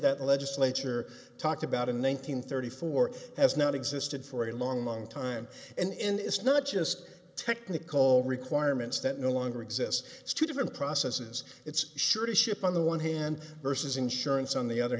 that legislature talked about in one nine hundred thirty four has not existed for a long long time and it's not just technical requirements that no longer exist it's two different processes it's sure to ship on the one hand versus insurance on the other